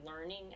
learning